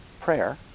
prayer